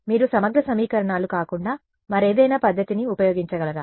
మీరు సమగ్ర సమీకరణాలు కాకుండా మరేదైనా పద్ధతిని ఉపయోగించగలరా